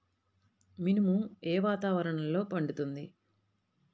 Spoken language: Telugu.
మినుము ఏ వాతావరణంలో పండుతుంది?